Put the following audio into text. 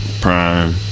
Prime